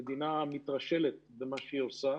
המדינה מתרשלת במה שהיא עושה.